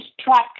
track